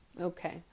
okay